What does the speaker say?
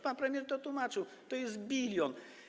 Pan premier to tłumaczył, to jest bilion.